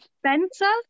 Spencer